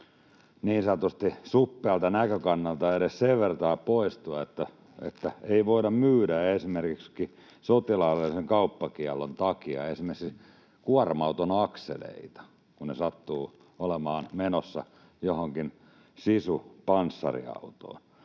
niin sanotusti suppealta näkökannalta edes sen vertaa poistua, että voitaisiin myydä sotilaallisen kauppakiellon takia esimerkiksi kuorma-auton akseleita, kun ne sattuvat olemaan menossa johonkin Sisu-panssariautoon.